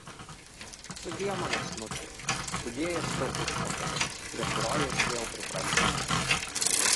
sudie mano snuki sudie ir tu užpakali prie kurio jau spėjau priprasti